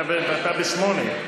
אתה ב-8.